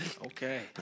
Okay